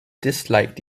disliked